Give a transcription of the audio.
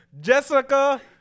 Jessica